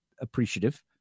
appreciative